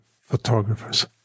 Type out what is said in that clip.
photographers